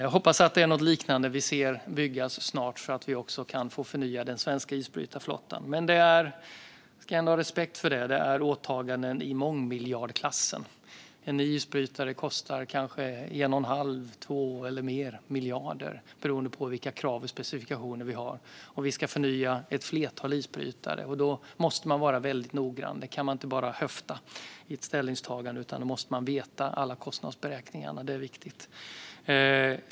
Jag hoppas att vi får se något liknande byggas snart, så att vi kan förnya den svenska isbrytarflottan. Men vi ska ändå ha respekt för att det är ett åtagande i mångmiljardklassen. En ny isbrytare kostar kanske 1 1⁄2, 2 eller fler miljarder beroende på vilka krav och specifikationer vi har, och vi ska förnya ett flertal isbrytare. Då måste man vara väldigt noggrann. Man kan inte bara höfta fram ett ställningstagande, utan man måste veta alla kostnadsberäkningar. Det är viktigt.